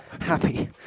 happy